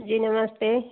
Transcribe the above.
जी नमस्ते